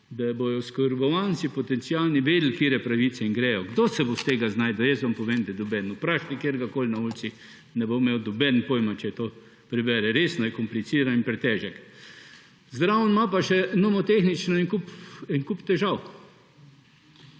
da bodo oskrbovanci potencialni vedeli, katere pravice jim grejo. Kdo se bo iz tega znašel? Vam povem, da noben. Vprašajte kateregakoli na ulici, ne bo imel nobeden pojma, če to prebere. Resno je kompliciran in pretežek. Zraven ima pa še nomotehnično en kup težav.